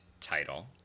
title